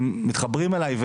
ומתחברים אליי,